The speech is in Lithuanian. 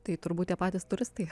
tai turbūt tie patys turistai